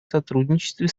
сотрудничестве